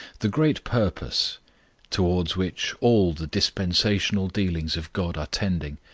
the great purpose towards which all the dispensational dealings of god are tending,